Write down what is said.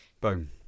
boom